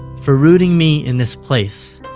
for rooting me in this place,